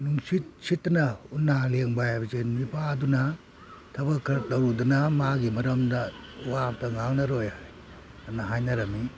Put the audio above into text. ꯅꯨꯡꯁꯤꯠ ꯁꯤꯠꯇꯅ ꯎꯅꯥ ꯂꯦꯡꯕ ꯍꯥꯏꯕꯁꯦ ꯅꯤꯄꯥꯗꯨꯅ ꯊꯕꯛ ꯈꯔ ꯇꯧꯔꯨꯗꯅ ꯃꯥꯒꯤ ꯃꯔꯝꯗ ꯋꯥ ꯑꯃꯇ ꯉꯥꯡꯅꯔꯣꯏꯑꯅ ꯍꯥꯏꯅꯔꯝꯃꯤ